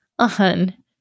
On